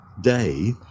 day